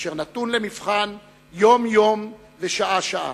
אשר נתון למבחן יום יום ושעה שעה.